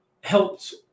helped